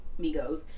Migos